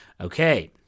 Okay